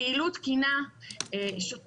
פעילות תקינה שוטפת,